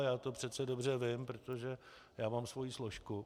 A já to přece dobře vím, protože já mám svoji složku.